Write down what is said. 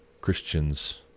Christians